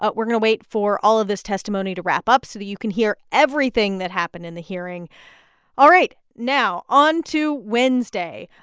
but we're going to wait for all of this testimony to wrap up so that you can hear everything that happened in the hearing all right. now on to wednesday.